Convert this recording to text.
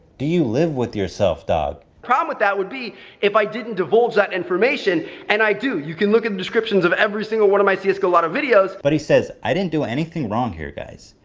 do you live with yourself, dog? tmartn problem with that would be if i didn't divulge that information and i do, you can look in the, descriptions of every single one of my csgo lotto videos, but he says i didn't do anything wrong here guys,